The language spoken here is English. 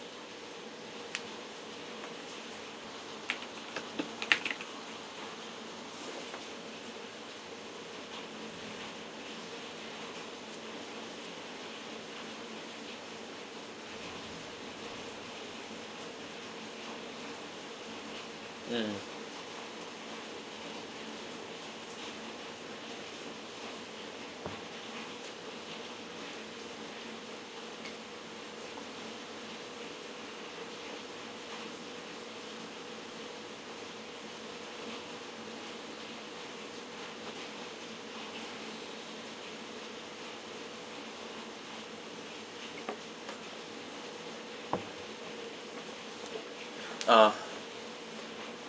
mm ah